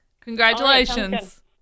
Congratulations